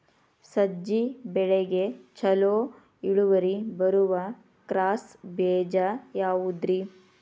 ಸಜ್ಜೆ ಬೆಳೆಗೆ ಛಲೋ ಇಳುವರಿ ಬರುವ ಕ್ರಾಸ್ ಬೇಜ ಯಾವುದ್ರಿ?